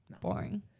boring